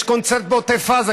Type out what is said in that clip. יש קונצרט בעוטף עזה,